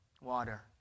Water